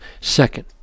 Second